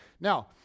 now